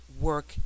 work